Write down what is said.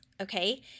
okay